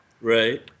Right